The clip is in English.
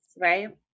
right